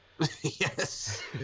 Yes